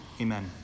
Amen